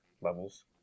levels